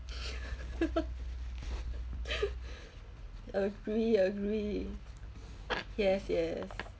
agree agree yes yes